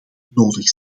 nodig